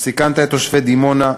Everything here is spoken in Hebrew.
סיכנת את תושבי דימונה,